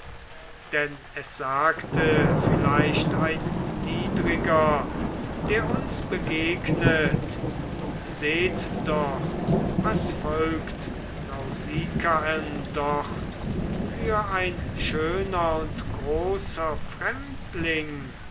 denn es sagte vielleicht ein niedriger der uns begegnet seht doch was folgt nausikaen dort für ein schöner und großer fremdling